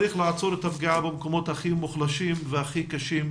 צריך לעצור את הפגיעה הזו במקומות הכי מוחלשים והכי קשים,